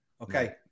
Okay